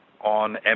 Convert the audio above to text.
on